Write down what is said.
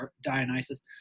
Dionysus